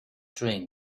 dream